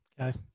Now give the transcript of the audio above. okay